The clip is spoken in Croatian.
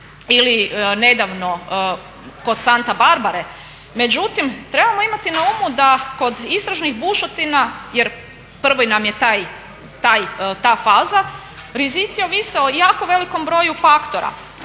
ili nedavno kod Santa Barbare, međutim trebamo imati na umu da kod istražnih bušotina, jer prva nam je ta faza, rizici ovise o jako velikom broju faktora.